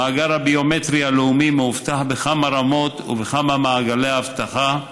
המאגר הביומטרי הלאומי מאובטח בכמה רמות ובכמה מעגלי אבטחה,